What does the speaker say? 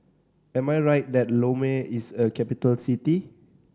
am I right that Lome is a capital city